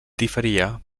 diferia